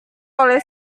oleh